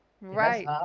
Right